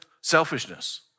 selfishness